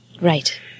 Right